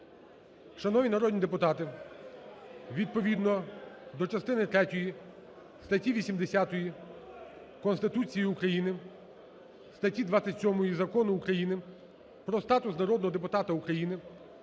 Шановні народні депутати, відповідно до частини третьої статті 80 Конституції України, статті 27 Закону України "Про статус народного депутата України"